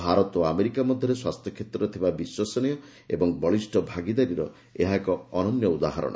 ଭାରତ ଓ ଆମେରିକା ମଧ୍ୟରେ ସ୍ୱାସ୍ଥ୍ୟକ୍ଷେତ୍ରରେ ଥିବା ବିଶ୍ୱସନୀୟ ଓ ବଳିଷ୍ଠ ଭାଗୀଦାରୀର ଏହା ଅନ୍ୟ ଏକ ଉଦାହରଣ